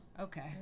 Okay